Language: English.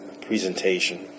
presentation